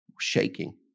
shaking